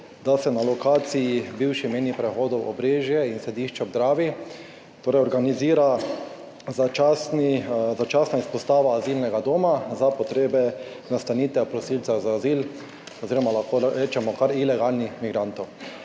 da se na lokaciji bivših mejnih prehodov Obrežje in Središče ob Dravi organizira začasna izpostava azilnega doma za potrebe nastanitev prosilcev za azil oziroma lahko rečemo kar ilegalnih migrantov.